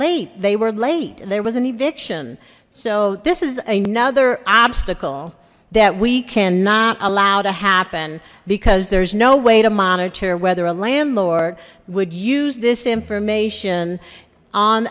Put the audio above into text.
late they were late there was an eviction so this is another obstacle that we cannot allow to happen because there's no way to monitor whether a landlord would use this information on